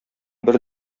бер